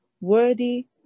worthy